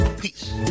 peace